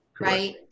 right